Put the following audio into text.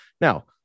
Now